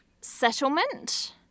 settlement